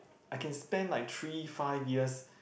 I can spend like three five years